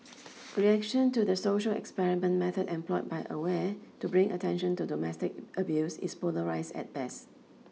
reaction to the social experiment method employed by aware to bring attention to domestic abuse is polarised at best